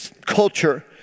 culture